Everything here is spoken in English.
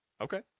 Okay